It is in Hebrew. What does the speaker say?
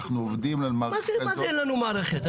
מה זה אין לנו מערכת?